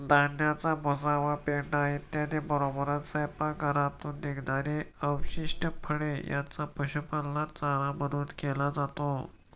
धान्याचा भुसा व पेंढा इत्यादींबरोबरच स्वयंपाकघरातून निघणारी अवशिष्ट फळे यांचा पशुपालनात चारा म्हणून केला जातो